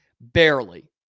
barely